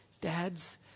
Dads